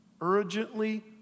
urgently